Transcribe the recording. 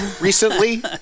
recently